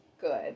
good